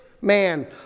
man